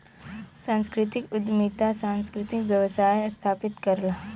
सांस्कृतिक उद्यमिता सांस्कृतिक व्यवसाय स्थापित करला